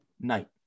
night